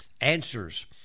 Answers